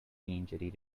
injury